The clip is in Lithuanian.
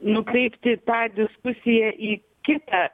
nukreipti tą diskusiją į kitą